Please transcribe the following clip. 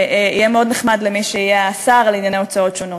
יהיה מאוד נחמד למי שיהיה השר לענייני הוצאות שונות.